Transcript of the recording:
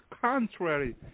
contrary